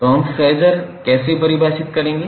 तो हम फेज़र कैसे परिभाषित करेंगे